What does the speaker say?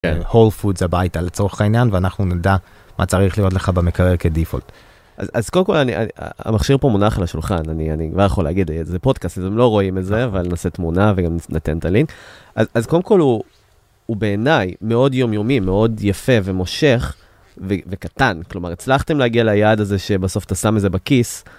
Whole Foods הביתה לצורך העניין, ואנחנו נדע מה צריך ללמוד לך במקרה כדפולט. אז קודם כל, המכשיר פה מונח על השולחן, אני כבר יכול להגיד, זה פודקאסט, אז הם לא רואים את זה, אבל נעשה תמונה וגם נתן את הלינק. אז קודם כל, הוא בעיניי מאוד יומיומי, מאוד יפה ומושך וקטן. כלומר, הצלחתם להגיע ליעד הזה שבסוף אתה שם את זה בכיס.